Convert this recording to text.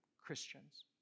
Christians